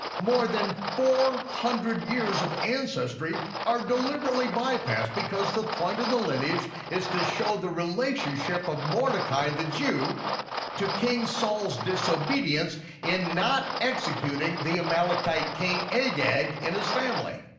more than four hundred years of ancestry are deliberately bypassed because the point of the lineage is to show the relationship of mordechai the jew to king saul's disobedience in not executing the amalekite king agag and his family.